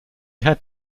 had